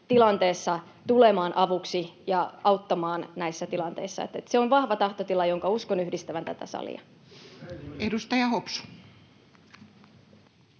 tilanteessa tulemaan avuksi ja auttamaan näissä tilanteissa. Se on vahva tahtotila, jonka uskon yhdistävän tätä salia. [Oikealta: